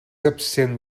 absent